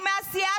הוא מהסיעה